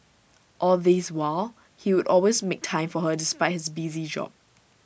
all this while he would always make time for her despite his busy job